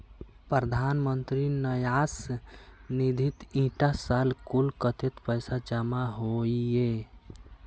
प्रधानमंत्री न्यास निधित इटा साल कुल कत्तेक पैसा जमा होइए?